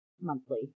monthly